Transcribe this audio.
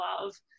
love